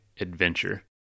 adventure